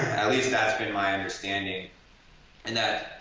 at least that's been my understanding in that.